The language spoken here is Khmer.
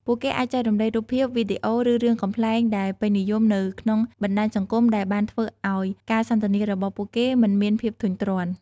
ពួកគេអាចចែករំលែករូបភាព វីដេអូ ឬរឿងកំប្លែងដែលពេញនិយមនៅក្នុងបណ្ដាញសង្គមដែលបានធ្វើឲ្យការសន្ទនារបស់ពួកគេមិនមានភាពធុញទ្រាន់។